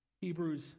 Hebrews